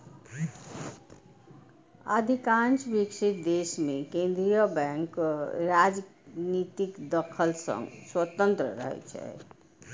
अधिकांश विकसित देश मे केंद्रीय बैंक राजनीतिक दखल सं स्वतंत्र रहै छै